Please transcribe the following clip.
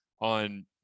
on